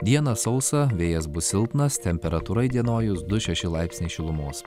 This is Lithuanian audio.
dieną sausa vėjas bus silpnas temperatūra įdienojus du šeši laipsniai šilumos